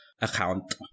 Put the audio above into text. account